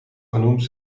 genoemd